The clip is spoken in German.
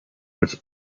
als